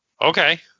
Okay